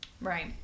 Right